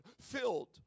Filled